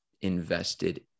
invested